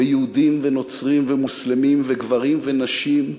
ויהודים ונוצרים ומוסלמים, וגברים ונשים,